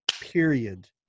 period